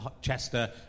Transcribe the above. Chester